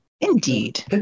indeed